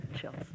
chills